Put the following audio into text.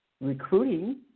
recruiting